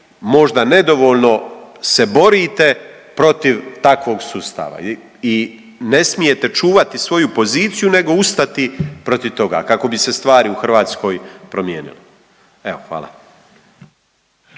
možda nedovoljno se borite protiv takvog sustava i ne smijete čuvati svoju poziciju nego ustati protiv toga kako bi se stvari u Hrvatskoj promijenile. Evo hvala.